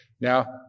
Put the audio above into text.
Now